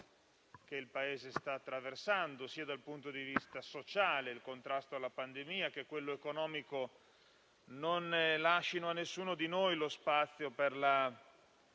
che il Paese sta attraversando, sia dal punto di vista sociale, nel contrasto alla pandemia, sia sul fronte economico, non lasci a nessuno di noi lo spazio per la